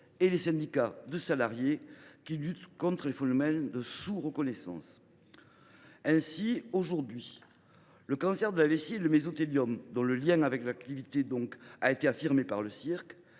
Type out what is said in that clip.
et les syndicats de salariés, qui luttent contre les phénomènes de sous reconnaissance. Ainsi, aujourd’hui, le cancer de la vessie et le mésothéliome, dont le lien avec l’activité de sapeur pompier